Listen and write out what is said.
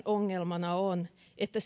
ongelmana on että